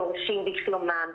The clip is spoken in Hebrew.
דורשים בשלומם,